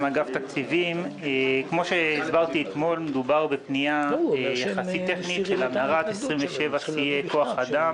בפנייה יחסית טכנית של העברת 27 שיאי כוח אדם